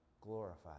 glorified